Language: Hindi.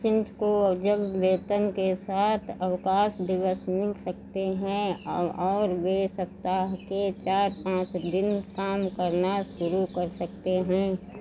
सिम्स को अब जब वेतन के साथ अवकाश दिवस मिल सकते हैं और वे सप्ताह के चार पाँच दिन काम करना शुरू कर सकते हैं